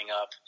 up